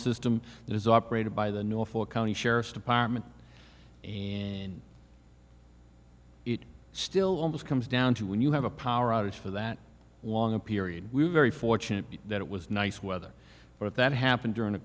that is operated by the north for county sheriff's department and it still almost comes down to when you have a power outage for that long a period we're very fortunate that it was nice weather but that happened during